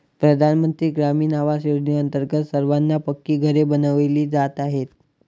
प्रधानमंत्री ग्रामीण आवास योजनेअंतर्गत सर्वांना पक्की घरे बनविली जात आहेत